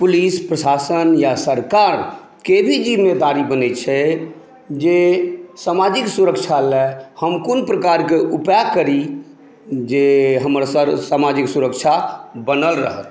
police प्रशासन या सरकारके भी ज़िम्मेदारी बनै छै जे समाजिक सुरक्षा लय हम क़ोन प्रकारके उपाय करी जे हमर समाजिक सुरक्षा बनल रहय